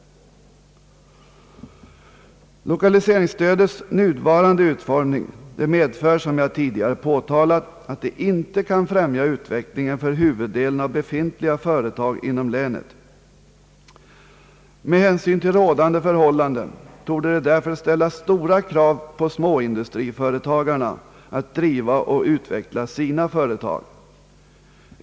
Lokaliseringsstödets nuvarande utformning medför, som jag tidigare påtalat, att det inte kan främja utvecklingen för huvuddelen av befintliga företag inom länet. Med hänsyn till rådande förhållanden torde det därför ställas stora krav på småindustriföretagarna att driva och utveckla sina företag.